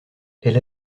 elle